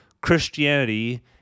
Christianity